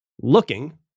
looking